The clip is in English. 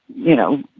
you know,